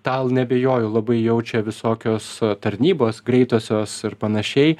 tą l neabejoju labai jaučia visokios tarnybos greitosios ir panašiai